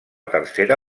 tercera